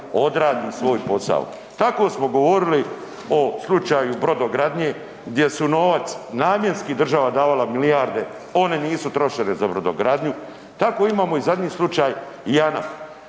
odradi svoj posao. Tako smo govorili o slučaju brodogradnje gdje su novac namjenski država davala milijarde, one nisu trošene za brodogradnju, tako imamo i zadnji slučaj JANAF.